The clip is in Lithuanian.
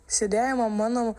sėdėjome mano